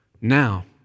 now